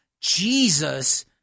Jesus